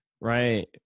Right